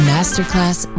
Masterclass